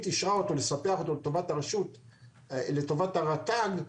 אישרה אותו לפתח אותו לטובת הרט"ג,